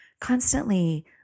constantly